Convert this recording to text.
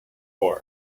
for